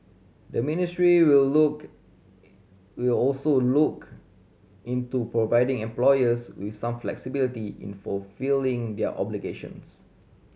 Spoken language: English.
the ministry will look will also look into providing employers with some flexibility in fulfilling their obligations